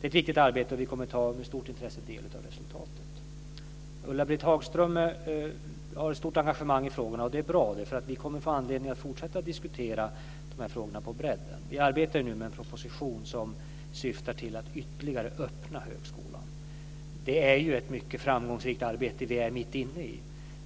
Det är ett viktigt arbete, och vi kommer med stort intresse att ta del av resultatet. Ulla-Britt Hagström har ett stort engagemang i dessa frågor, och det är bra, därför att vi kommer att få anledning att fortsätta diskutera dessa frågor på bredden. Vi arbetar nu med en proposition som syftar till att ytterligare öppna högskolan. Det är ett mycket framgångsrikt arbete vi är mitt inne i.